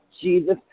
Jesus